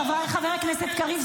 חבר הכנסת קריב.